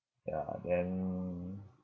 ya then